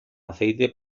aceite